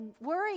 worry